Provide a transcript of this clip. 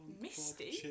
Misty